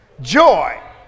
joy